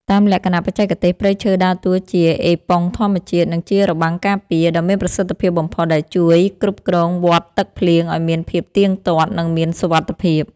តាមលក្ខណៈបច្ចេកទេស ព្រៃឈើដើរតួជា អេប៉ុងធម្មជាតិ និងជារបាំងការពារ ដ៏មានប្រសិទ្ធភាពបំផុតដែលជួយគ្រប់គ្រងវដ្តទឹកភ្លៀងឱ្យមានភាពទៀងទាត់ និងមានសុវត្ថិភាព។